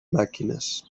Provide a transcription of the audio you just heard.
màquines